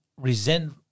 resent